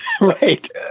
Right